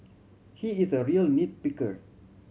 he is a real nit picker